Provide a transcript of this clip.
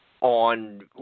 on